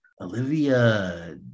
Olivia